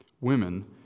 Women